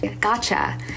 gotcha